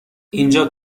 اینجا